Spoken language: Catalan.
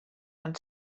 van